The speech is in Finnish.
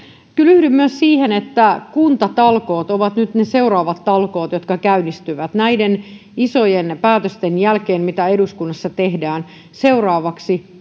kyllä yhdyn myös siihen että kuntatalkoot ovat nyt ne seuraavat talkoot jotka käynnistyvät näiden isojen päätösten jälkeen mitä eduskunnassa tehdään seuraavaksi